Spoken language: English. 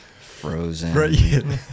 frozen